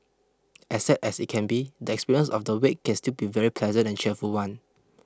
as sad as it can be the experience of the wake can still be a very pleasant and cheerful one